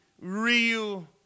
real